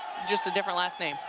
just a different last name.